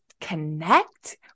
connect